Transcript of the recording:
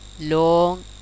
long